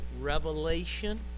Revelation